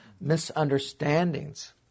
misunderstandings